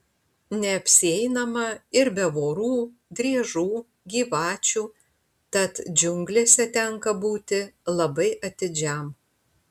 neapsieinama ir be vorų driežų gyvačių tad džiunglėse tenka būti labai atidžiam